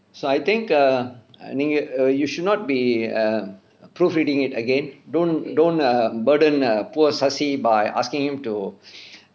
so I think err err you should not be err proofreading it again don't don't err burden err poor sasi by asking him to